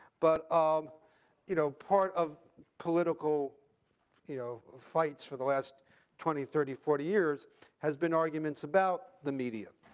but um you know part of political you know fights for the last twenty, thirty, forty years has been arguments about the media.